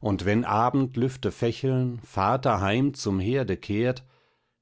und wenn abendlüfte fächeln vater heim zum herde kehrt